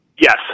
yes